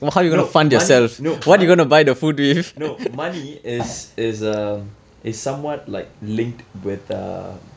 no money no mon~ no money is is um is somewhat like linked with uh